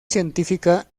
científica